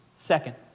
Second